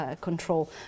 control